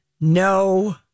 no